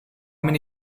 many